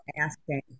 asking